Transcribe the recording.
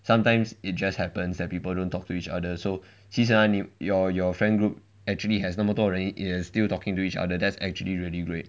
sometimes it just happens that people don't talk to each other so 其实 ah your friend group actually has 那么多人 and still talking to each other that's actually really great